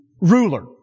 ruler